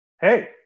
hey